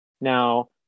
Now